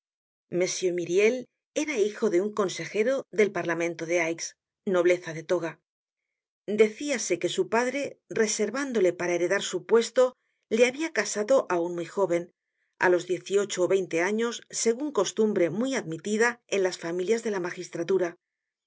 m myriel era hijo de un consejero del parlamento de aix nobleza de toga decíase que su padre reservándole para heredar su puesto le habia casado aun muy jóven á los diez y ocho ó veinte años segun costumbre muy admitida en las familias de la magistratura